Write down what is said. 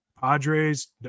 Padres